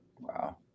Wow